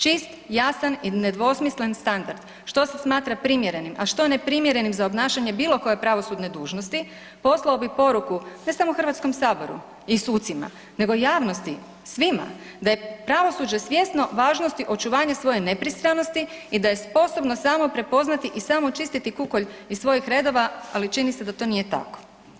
Čist, jasan i nedvosmislen standard što se smatra primjerenim, a što neprimjerenim za obnašanje bilo koje pravosudne dužnosti poslao bi poruku ne samo HS i sucima nego i javnosti, svima, da je pravosuđe svjesno važnosti očuvanja svoje nepristranosti i da je sposobno samo prepoznati i samo čistiti kukolj iz svojih redova, ali čini se da to nije tako.